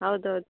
ಹೌದೌದು